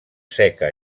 seca